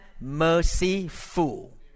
merciful